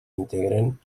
integren